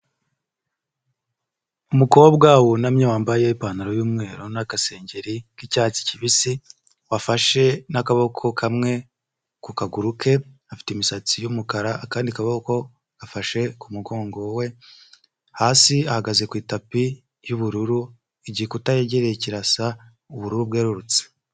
Umukobwa wunamye wambaye ipantaro y'umweru n'agasengeri k'icyatsi kibisi, wafashe n'akaboko kamwe ku kaguru ke afite imisatsi y'umukara akandi kaboko afashe ku mugongo we hasi ahagaze ku itapi y'ubururu igikuta cyegereye kirasa ubururu bwerurutse.